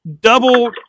double